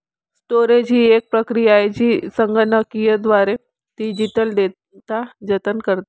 storage ही एक प्रक्रिया आहे जी संगणकीयद्वारे डिजिटल डेटा जतन करते